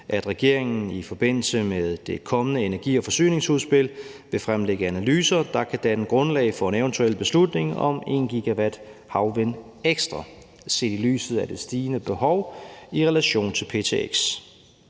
til ptx i forbindelse med det kommende energi- og forsyningsudspil vil fremlægge analyser, der kan danne grundlag for en eventuel beslutning om 1 GW havvind ekstra. Samlet set ser vi ind i en